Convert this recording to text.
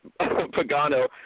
Pagano